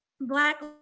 Black